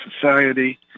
society